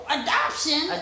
adoption